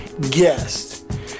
guest